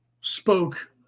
spoke